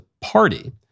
party